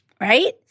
Right